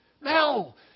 Mel